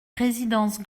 résidence